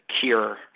cure